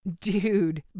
Dude